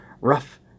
rough